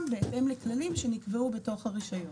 בהתאם לכללים שנקבעו בתוך הרישיון.